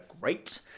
great